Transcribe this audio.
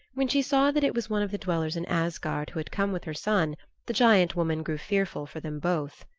when she saw that it was one of the dwellers in asgard who had come with her son the giant woman grew fearful for them both.